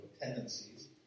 tendencies